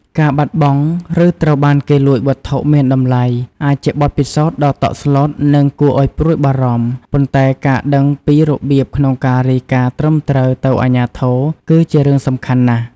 ការបាត់បង់ ឬត្រូវបានគេលួចវត្ថុមានតម្លៃ អាចជាបទពិសោធន៍ដ៏តក់ស្លុត និងគួរឲ្យព្រួយបារម្ភ ប៉ុន្តែការដឹងពីរបៀបក្នុងការរាយការណ៍ត្រឹមត្រូវទៅអាជ្ញាធរ គឺជារឿងសំខាន់ណាស់។